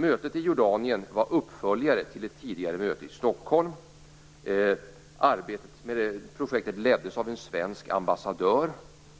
Mötet i Jordanien var en uppföljare till ett tidigare möte i Stockholm. Arbetet med projektet leddes av en svensk ambassadör.